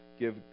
Give